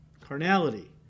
Carnality